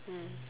mm